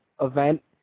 event